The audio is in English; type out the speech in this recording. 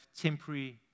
temporary